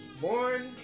Born